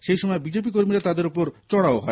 সেই সময় বিজেপি কর্মীরা তাদের উপর চড়াও হয়